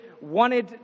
wanted